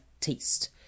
taste